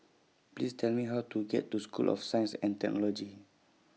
Please Tell Me How to get to School of Science and Technology